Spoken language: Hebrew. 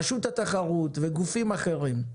רשות התחרות וגופים אחרים.